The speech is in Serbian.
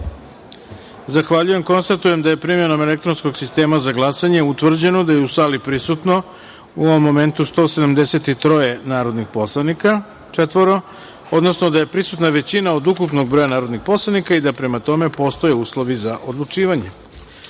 glasanje. Zahvaljujem. Konstatujem da je primenom elektronskog sistema za glasanje utvrđeno da je u sali prisutno u ovom momentu 174 narodna poslanika, odnosno da je prisutna većina od ukupnog broja narodnih poslanika i da prema tome postoje uslovi za odlučivanje. Prelazimo